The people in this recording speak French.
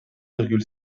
virgule